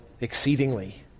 exceedingly